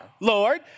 Lord